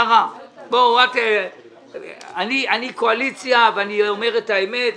אני קואליציה ואני אומר את האמת.